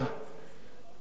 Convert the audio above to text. במדינת ישראל.